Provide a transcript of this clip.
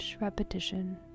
repetition